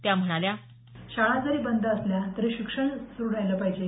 त्या म्हणाल्या शाळा जरी बंद असल्यातरी शिक्षण सुरु राहिलं पाहिजे